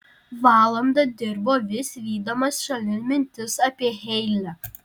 valandą dirbo vis vydamas šalin mintis apie heile